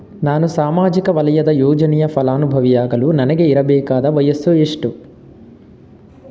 ನಾನು ಸಾಮಾಜಿಕ ವಲಯದ ಯೋಜನೆಯ ಫಲಾನುಭವಿಯಾಗಲು ನನಗೆ ಇರಬೇಕಾದ ವಯಸ್ಸುಎಷ್ಟು?